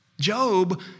Job